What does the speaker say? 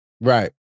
Right